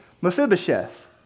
Mephibosheth